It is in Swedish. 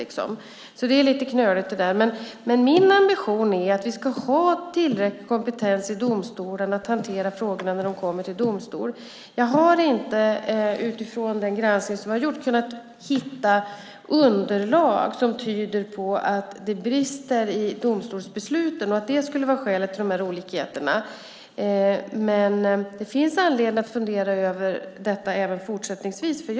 Det där är alltså lite knöligt. Min ambition är att det ska finnas tillräcklig kompetens i domstolarna för att hantera frågorna när dessa kommer till domstol. Utifrån den gjorda granskningen har jag inte kunnat hitta underlag som tyder på att det brister i domstolsbesluten och att det skulle vara skälet till olikheterna. Men det finns anledning att även fortsättningsvis fundera över detta.